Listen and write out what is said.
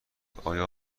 آیا